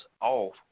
off